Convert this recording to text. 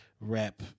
rap